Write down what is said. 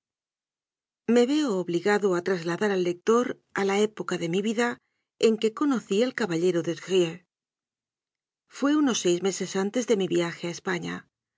me veo obligado a trasladar al lector a la época de mi vida en que conocí al caballero des grieux fué unos seis meses antes de mi viaje a españa